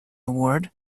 award